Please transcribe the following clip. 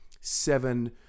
seven